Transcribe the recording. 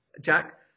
Jack